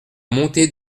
montée